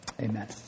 Amen